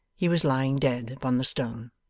he was lying dead upon the stone.